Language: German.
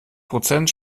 prozent